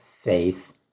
faith